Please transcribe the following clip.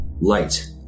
light